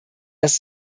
dass